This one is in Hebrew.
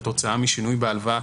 כתוצאה משינוי בהלוואה,